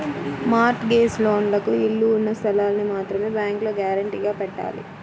mart gauge లోన్లకు ఇళ్ళు ఉన్న స్థలాల్ని మాత్రమే బ్యేంకులో గ్యారంటీగా పెట్టాలి